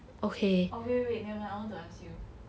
oh wait wait wait never mind I want to ask you